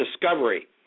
discovery